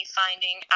finding